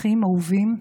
אחים אהובים.